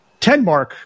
Tenmark